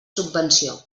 subvenció